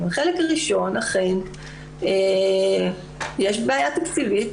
החלק הראשון אכן יש בעיה תקציבית